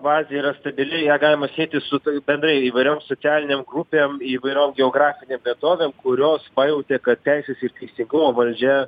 bazė yra stabili ją galima sieti su tai bendrai įvairiom socialinėm grupėm įvairiom geografinėm vietovėm kurios pajautė kad teisės ir teisingumo valdžia